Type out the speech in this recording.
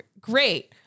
great